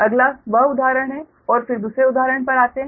अगला वह उदाहरण है और फिर दूसरे उदाहरण पर आते है